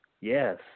yes